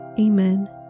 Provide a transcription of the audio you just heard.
Amen